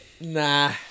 Nah